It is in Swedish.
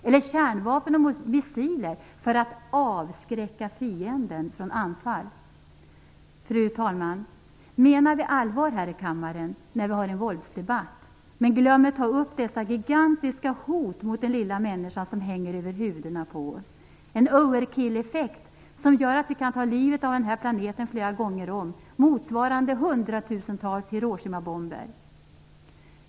Eller med kärnvapen och missiler för att avskräcka fienden från anfall? Fru talman! Menar vi allvar här i kammaren när vi har en våldsdebatt, men glömmer att ta upp dessa gigantiska hot mot den lilla människan som hänger över huvudena på oss? Det är en "over-kill-effekt" som gör att vi kan ta livet av den här planeten flera gånger om, motsvarande hundratusentals Hiroshimabomber.